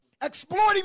exploiting